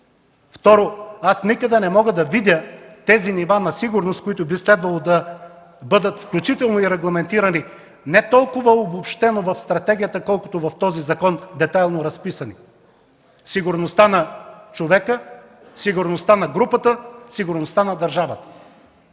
Второ, никъде не мога да видя тези нива на сигурност, които би следвало да бъдат, включително и регламентирани, не толкова обобщено в стратегията, колкото в този закон детайлно разписани сигурността на човека, сигурността на групата, сигурността на държавата.